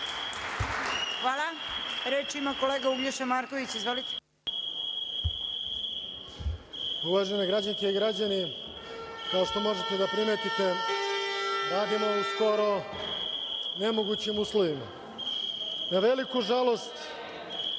Hvala. Reč ima kolega Uglješa Marković. Izvolite. **Uglješa Marković** Uvažene građanke i građani, kao što možete da primenite, radimo u skoro nemogućim uslovima. Na veliku žalost